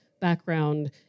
background